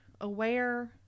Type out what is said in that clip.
aware